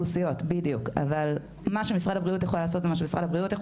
אבל מה שמשרד הבריאות יכול לעשות זה מה שמשרד הבריאות יכול